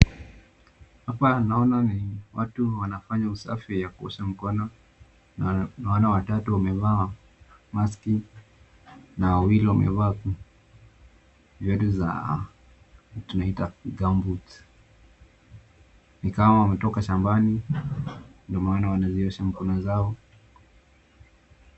Hapa ni naona ni watu wanafanya usafi ya kuosha mikono. Naona watatu wamevaa maski na wawili wamevaa viatu za tunaita gumboots ikawa wametoka shambani tunaona wanaziosha mikono zao.